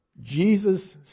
Jesus